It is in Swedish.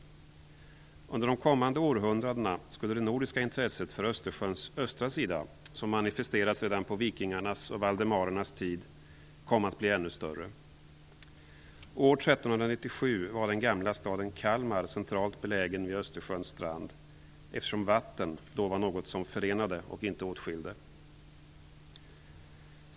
Under de kommande århundradena skulle det nordiska intresset för Östersjöns östra sida, som manifesterades redan på vikingarnas och valdemarernas tid, komma att bli ännu större. År 1397 var den gamla staden Kalmar centralt belägen vid Östersjöns strand eftersom vatten då var något som förenade och inte åtskilde.